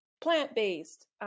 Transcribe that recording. plant-based